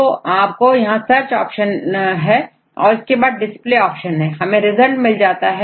तो आपके पास यहां सर्च ऑप्शन है इसके बाद डिस्पले ऑप्शन है और हमें रिजल्ट मिल जाता है